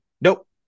Nope